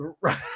Right